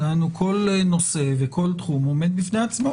כל נושא וכל תחום עומד בפני עצמו.